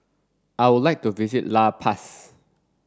I would like to visit La Paz